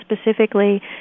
specifically